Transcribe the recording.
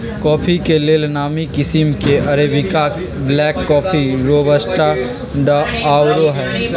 coffee के लेल नामी किशिम में अरेबिका, ब्लैक कॉफ़ी, रोबस्टा आउरो हइ